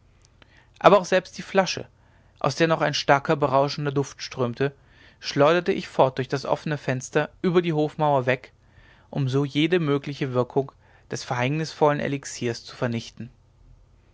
aber auch selbst die flasche aus der noch ein starker berauschender duft strömte schleuderte ich fort durch das offne fenster über die hofmauer weg um so jede mögliche wirkung des verhängnisvollen elixiers zu vernichten